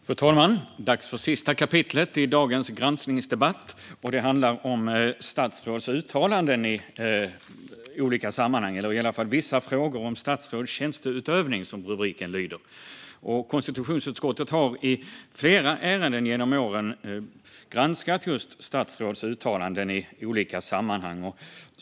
Fru talman! Det är dags för sista kapitlet i dagens granskningsdebatt, som handlar om statsråds uttalanden i olika sammanhang eller i alla fall vissa frågor om statsråds tjänsteutövning, som rubriken lyder. Gransknings-betänkande våren 2021Vissa frågor om statsråds tjänste-utövning Konstitutionsutskottet har i flera ärenden genom åren granskat just statsråds uttalanden i olika sammanhang.